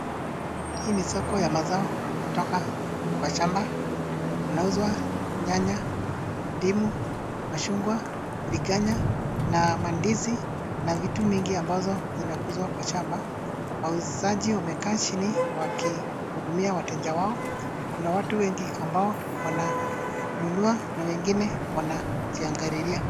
Hii ni soko ya mazao kutoka kwa shamba. Kunauzwa nyanya ,ndimu ,machungwa ,biriganya na mandizi na vitu mingi ambazo zinakuzwa kwa shamba. Wauzaji wamekaa chini wakihudumia wateja wao. Kuna watu wengi ambao wananunua na wengine wanajiangalilia.